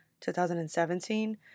2017